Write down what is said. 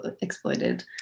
exploited